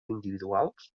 individuals